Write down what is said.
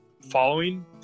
following